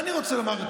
מה אני רוצה לומר?